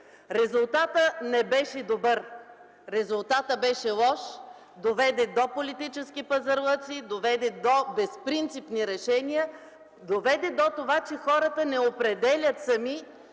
Резултатът не беше добър. Резултатът беше лош, доведе до политически пазарлъци, доведе до безпринципни решения, доведе до това, че хората не определят сами